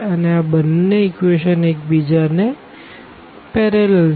તો બંને ઇક્વેશન એક બીજા ને પેરેલલ છે